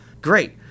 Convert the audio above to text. Great